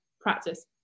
practice